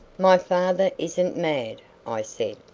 my father isn't mad, i said.